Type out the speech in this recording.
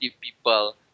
people